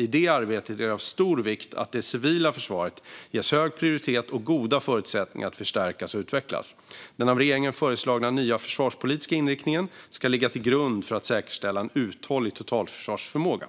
I det arbetet är det av stor vikt att det civila försvaret ges hög prioritet och goda förutsättningar att förstärkas och utvecklas. Den av regeringen föreslagna nya försvarspolitiska inriktningen ska ligga till grund för att säkerställa en uthållig totalförsvarsförmåga.